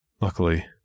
Luckily